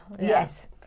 Yes